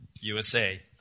USA